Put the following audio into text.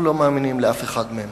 אנחנו לא מאמינים לאף אחד מהם.